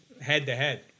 head-to-head